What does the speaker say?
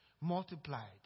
multiplied